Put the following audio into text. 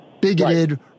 bigoted